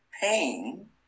pain